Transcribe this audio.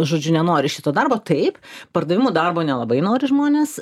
žodžiu nenori šito darbo taip pardavimų darbo nelabai nori žmonės